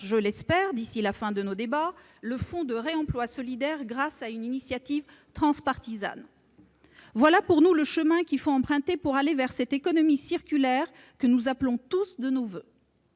je l'espère, d'ici à la fin de nos débats, le fonds de réemploi solidaire, grâce à une initiative transpartisane. Voilà selon nous le chemin qu'il faut emprunter pour aller vers cette économie circulaire que nous appelons tous de nos voeux.